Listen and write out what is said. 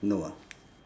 no ah